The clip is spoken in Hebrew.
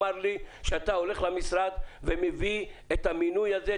אתה מסוגל לומר לי שאתה הולך למשרד ומביא את המינוי הזה,